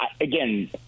again